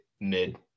Mid